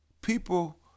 people